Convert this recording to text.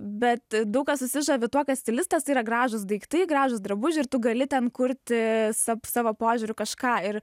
bet daug kas susižavi tuo kad stilistas tai yra gražūs daiktai gražūs drabužiai ir tu gali ten kurti sap savo požiūriu kažką ir